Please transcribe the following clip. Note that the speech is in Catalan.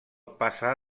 passà